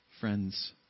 Friends